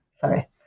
sorry